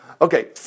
Okay